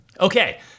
Okay